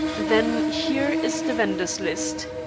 then here is the vendors' list,